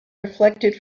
reflected